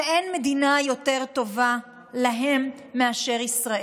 שאין מדינה יותר טובה להם מאשר ישראל.